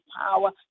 power